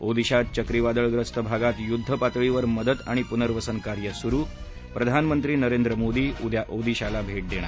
ओदिशात चक्रीवादळग्रस्त भागात युद्ध पातळीवर मदत आणि पुनर्वसन कार्य सुरु प्रधानमंत्री नरेंद्र मोदी उद्या ओदिशाला भेट देणार